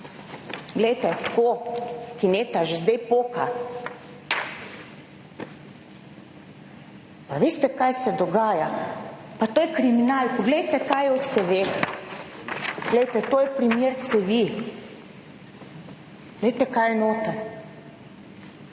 glejte, tako kineta že zdaj poka, pa veste kaj se dogaja, pa to je kriminal, poglejte kaj je v ceveh, glejte, to je primer cevi, glejte, kaj je noter.